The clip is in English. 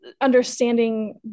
understanding